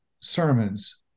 sermons